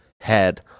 head